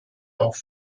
auch